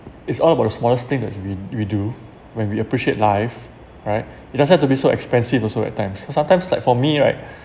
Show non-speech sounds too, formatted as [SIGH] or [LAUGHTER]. it's all about the smallest things that's we we do when we appreciate life right it doesn't have to be so expensive also at times cause sometimes like for me right [BREATH]